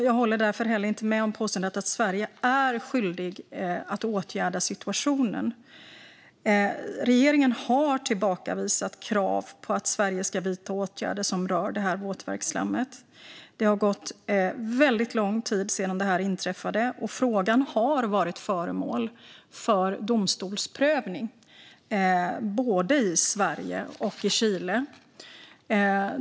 Jag håller därför inte med om påståendet att Sverige är skyldigt att åtgärda situationen. Regeringen har tillbakavisat krav på att Sverige ska vidta åtgärder som rör det här våtverksslammet. Det har gått väldigt lång tid sedan detta inträffade, och frågan har varit föremål för domstolsprövning både i Sverige och i Chile.